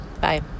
bye